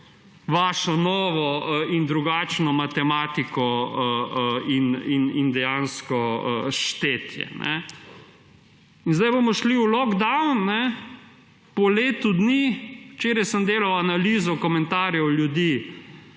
svojo novo in drugačno matematiko in dejansko štetje. Zdaj bomo šli v lockdown, po letu dni. Včeraj sem delal analizo komentarjev ljudi